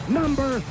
number